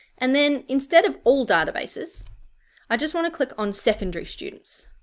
and then instead of all databases i just want to click on secondary students